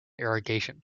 irrigation